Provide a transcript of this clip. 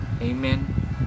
Amen